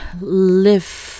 live